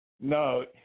No